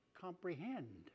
comprehend